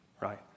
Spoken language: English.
right